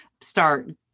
start